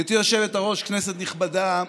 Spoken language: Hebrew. גברתי היושבת-ראש, כנסת נכבדה,